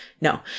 no